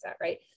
Right